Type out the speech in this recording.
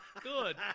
Good